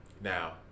Now